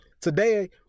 Today